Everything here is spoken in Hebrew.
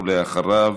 אחריו,